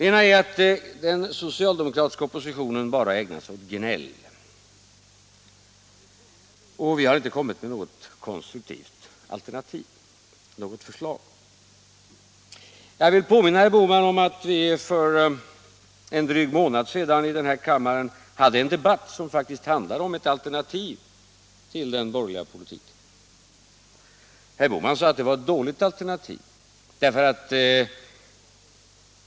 Enligt herr Bohman ägnar sig den socialdemokratiska oppositionen bara åt gnäll — vi har inte kommit med något konstruktivt alternativ eller förslag. Jag vill påminna herr Bohman om att det för en dryg månad sedan i den här kammaren fördes en debatt som faktiskt handlade om ett alternativ till den borgerliga politiken. Herr Bohman sade att det var ett dåligt alternativ.